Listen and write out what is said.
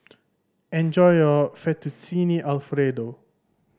enjoy your Fettuccine Alfredo